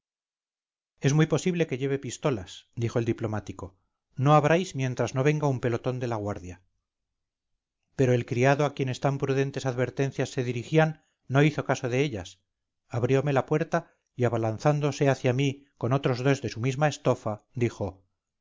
es muy posible que lleve pistolas dijo el diplomático no abráis mientras no venga un pelotón de la guardia pero el criado a quien tan prudentes advertencias se dirigían no hizo caso de ellas abriome la puerta y abalanzándose hacia mí con otros dos de su misma estofa dijo